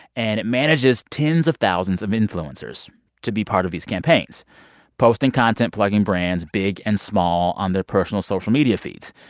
and it manages tens of thousands of influencers to be part of these campaigns posting content, plugging brands, big and small, on their personal social media feeds,